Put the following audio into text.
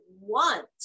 want